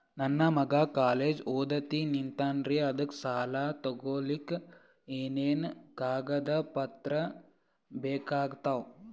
ನನ್ನ ಮಗ ಕಾಲೇಜ್ ಓದತಿನಿಂತಾನ್ರಿ ಅದಕ ಸಾಲಾ ತೊಗೊಲಿಕ ಎನೆನ ಕಾಗದ ಪತ್ರ ಬೇಕಾಗ್ತಾವು?